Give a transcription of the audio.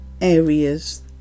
areas